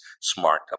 smart